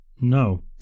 No